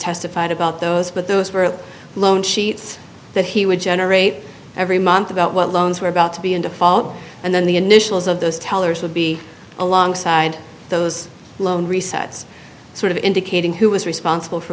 testified about those but those were loan sheets that he would generate every month about what loans were about to be in default and then the initials of those tellers would be alongside those loan resets sort of indicating who was responsible for